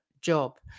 job